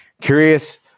Curious